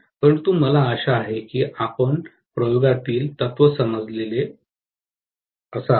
परंतु मला आशा आहे की आपणास प्रयोगातील तत्व समजले असेल